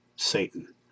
Satan